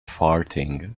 farting